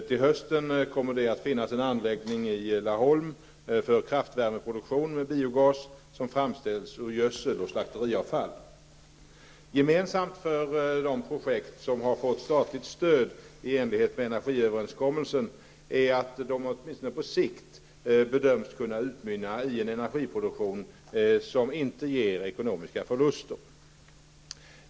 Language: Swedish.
Till hösten kommer det att finnas en anläggning i Gemensamt för de projekt som har fått statligt stöd i enlighet med energiöverenskommelsen är att de åtminstone på sikt bedöms kunna utmynna i en energiproduktion som inte ger ekomiska förluster.